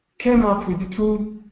came up with the two